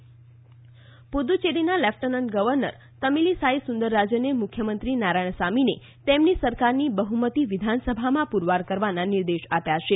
પુદુ cherry પુદુચેરીના lieutenant governor Tamilisai સુંદરરાજને મુખ્યમંત્રી નારાયણસામીને તેમની સરકારની બહ્મતી વિધાનસભામાં પુરવાર કરવાના નિર્દેશ આપ્યા છે